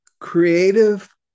creative